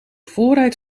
voorruit